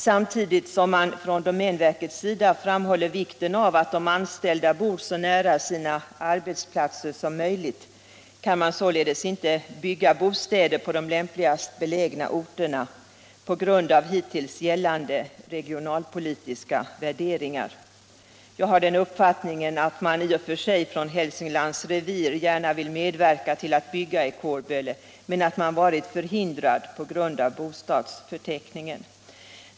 Samtidigt som det från domänverkets sida framhålls vikten av att de anställda bor så nära sina arbetsplatser som möjligt kan bostäder således inte byggas på de lämpligast belägna orterna på grund av de hittills gällande regionalpolitiska värderingarna. Jag har den uppfattningen att man inom Hälsinglands revir i och för sig gärna velat medverka till att bostäder byggs i Kårböle men att man varit förhindrad att göra det till följd av bostadsförteckningen.